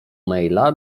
maila